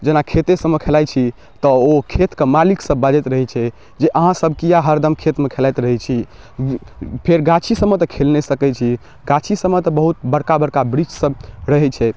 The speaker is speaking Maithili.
जेना खेते सबमे खेलाइ छी तऽ ओ खेतके मालिकसब बाजैत रहै छै जे अहाँसभ किएक हरदम खेतमे खेलाइत रहै छी फेर गाछीसबमे तऽ खेल नहि सकै छी गाछीसबमे तऽ बहुत बड़का बड़का बिरिछसब रहै छै